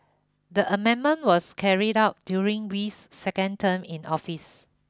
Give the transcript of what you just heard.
the amendment was carried out during Wee's second term in office